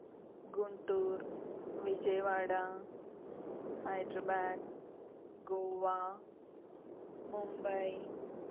Guntur Vijayawada Hyderabad Goa Mumbai